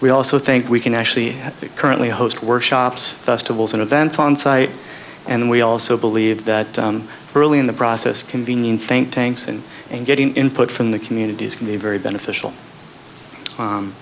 we also think we can actually currently host workshops festivals and events on site and we also believe that early in the process convening think tanks and and getting input from the communities can be very beneficial